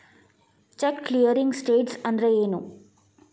Check clearing status ಅಂದ್ರೇನು?